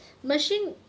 machine